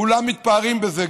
כולם מתפארים בזה,